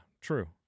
true